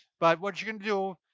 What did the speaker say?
but what you're gonna do,